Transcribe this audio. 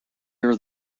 are